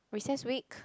recess week